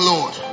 Lord